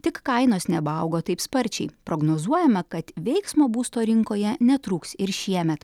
tik kainos nebaaugo taip sparčiai prognozuojama kad veiksmo būsto rinkoje netrūks ir šiemet